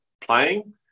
playing